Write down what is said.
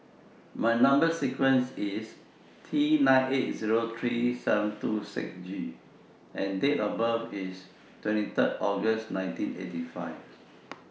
My Number sequence IS T nine eight Zero three seven two six G and Date of birth IS twenty Third August nineteen eighty five